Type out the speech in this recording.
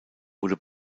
wurde